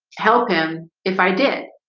help him if i did,